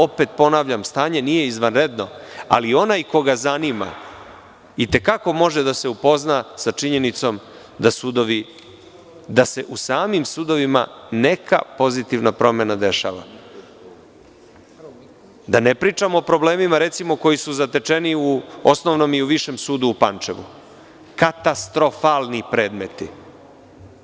Opet ponavljam stanje nije izvanredno, ali onaj koga zanima i te kako može da se upozna sa činjenicom da se u samim sudovima neka pozitivna promena dešava, da ne pričam o problemima, recimo, koji su zatečeni u Osnovnom i u Višem sudu u Pančevu, katastrofalni primeri.